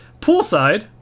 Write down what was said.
Poolside